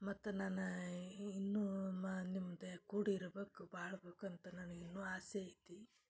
ಮತ್ತು ನಾನಾ ಈ ಇನ್ನೂ ಮ ನಿಮ್ದೆ ಕೂಡಿ ಇರಬೇಕು ಬಾಳಬೇಕಂತ ನನಗೆ ಇನ್ನು ಆಸೆ ಐತಿ